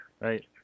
Right